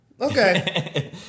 Okay